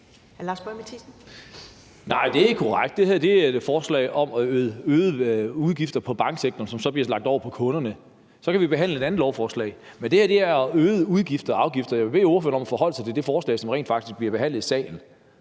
Nej, det er ikke korrekt. Det her er et forslag om at lægge øgede udgifter på banksektoren, som så bliver lagt over på kunderne. Så kan vi behandle et andet lovforslag, der handler om det andet, men det her er om øgede udgifter og afgifter, og jeg vil bede ordføreren om at forholde sig til det forslag, som rent faktisk bliver behandlet i salen.